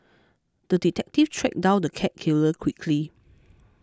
the detective tracked down the cat killer quickly